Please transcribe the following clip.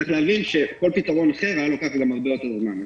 צריך להבין שכל פתרון אחר היה לוקח גם הרבה יותר זמן.